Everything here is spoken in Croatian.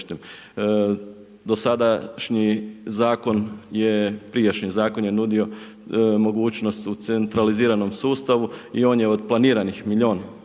prijašnji zakon je nudio mogućnost u centraliziranom sustavu i on je od planiranih milijun